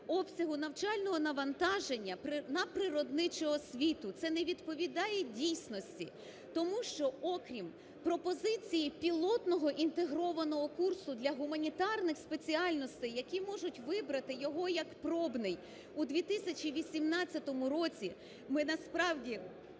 обсягу навчального навантаження на природничу освіту. Це не відповідає дійсності, тому що, окрім пропозиції пілотного інтегрованого курсу для гуманітарних спеціальностей, які можуть вибрати його як пробний у 2018 році, ми, насправді,